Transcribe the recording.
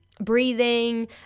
Breathing